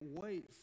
wait